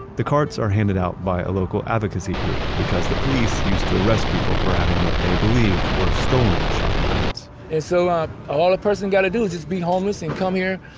the carts are handed out by a local advocacy group because the police used to arrest people for having what they believed were stolen shopping carts and so um all a person's got to do is just be homeless and come here,